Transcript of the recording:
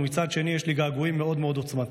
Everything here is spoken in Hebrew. ומצד שני יש לי געגועים מאוד עוצמתיים.